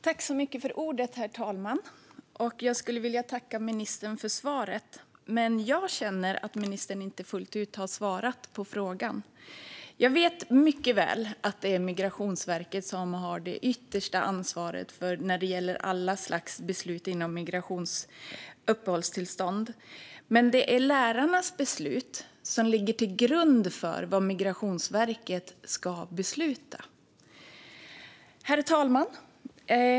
Herr talman! Jag skulle vilja tacka ministern för svaret, men jag känner att ministern inte fullt ut har svarat på frågan. Jag vet mycket väl att det är Migrationsverket som har det yttersta ansvaret när det gäller alla slags beslut inom migration och uppehållstillstånd, men det är lärarnas beslut som ligger till grund för vad Migrationsverket ska besluta. Herr talman!